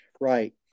right